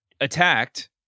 attacked